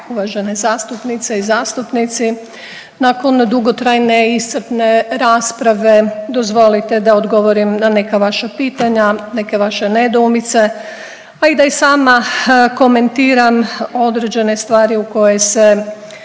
uvažene zastupnice i zastupnici. Nakon dugotrajne i iscrpne rasprave dozvolite da odgovorim na neka vaša pitanja, neke vaše nedoumice, a i da sama komentiram određene stvari u koje se